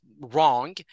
wrong